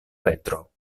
petro